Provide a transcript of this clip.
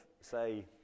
say